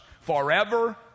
forever